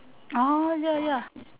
orh ya ya